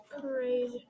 parade